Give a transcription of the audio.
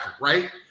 right